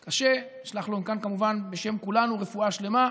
קשה, נשלח לו מכאן, כמובן, בשם כולנו, רפואה שלמה,